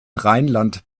rheinland